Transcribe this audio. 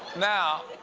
now,